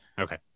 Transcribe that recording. Okay